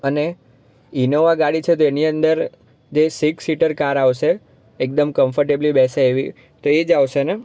અને ઈનોવા ગાડી છે તો એની અંદર જે સિક્સ સીટર કાર આવશે એકદમ કંફર્ટેબલી બેસે એવી તો એ જ આવશે ને